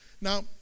Now